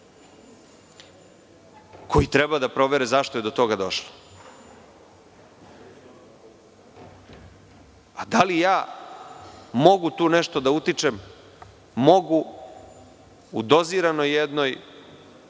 koji treba da provere zašto je do toga došlo. Da li ja mogu tu nešto da utičem, mogu u doziranoj jednoj